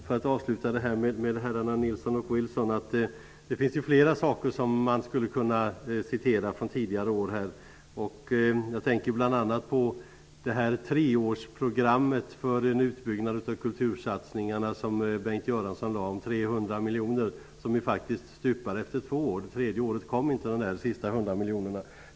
För att avsluta det här med herrarna Nilsson och Wilson vill jag säga att det finns mera från tidigare år som skulle kunna citeras. Bl.a. tänker jag på det treårsprogram för en utbyggnad av kultursatsningar som Bengt Göransson lade fram och som handlar om 300 miljoner. Men det hela stupade faktiskt efter två år. Det tredje året kom nämligen inte de sista 100 miljonerna.